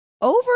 over